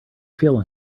feel